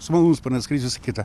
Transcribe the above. su malūnsparniu atskris visa kita